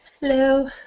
Hello